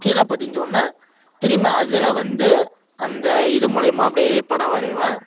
கீழே பதிஞ்சவுன்னே திரும்ப அதில் வந்து அந்த இது மூலயுமா அப்படியே படம் வரைவேன்